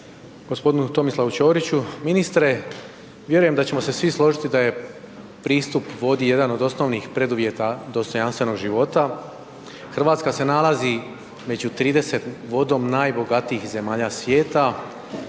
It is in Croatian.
gospodinu Tomislavu Ćoriću. Ministre, vjerujem da ćemo se svi složiti da je pristup vodi jedan od osnovnih preduvjeta dostojanstvenog života. RH se nalazi među 30 vodom najbogatijih zemalja svijeta.